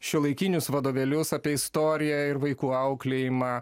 šiuolaikinius vadovėlius apie istoriją ir vaikų auklėjimą